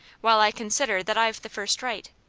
while i consider that i've the first right.